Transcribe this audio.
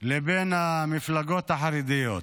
לבין המפלגות החרדיות.